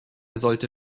sollte